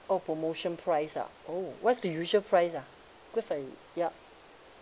oh promotion price ah oh what's the usual price ah because I ya